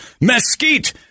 mesquite